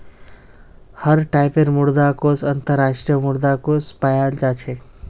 हर टाइपेर मुद्रा कोष अन्तर्राष्ट्रीय मुद्रा कोष पायाल जा छेक